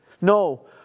No